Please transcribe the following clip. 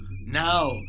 Now